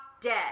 dead